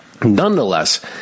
Nonetheless